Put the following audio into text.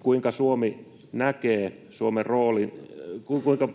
Kuinka